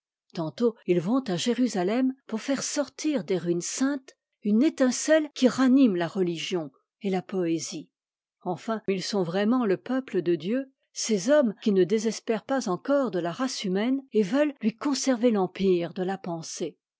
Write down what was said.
tantôt ils vont à jérusalem pour faire sortir des ruines saintes une étincelle qui ranime la religion et la poésie enfin ils sont vraiment le peuple de dieu ces hommes qui ne désespèrent pas encore de la race humaine et veulent lui conserver l'empire de la pensée